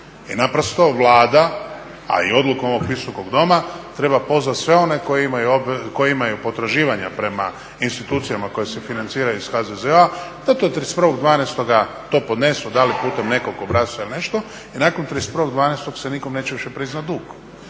I naprosto Vlada, a i odlukom ovog Visokog doma, treba pozvati sve one koji imaju potraživanja prema institucijama koje se financiraju iz HZZO-a pa to 31.12. to podnesu, da li putem nekog obrasca ili nešto, i nakon 31.12. se nikom neće više priznati dug.